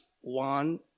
one